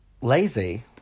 lazy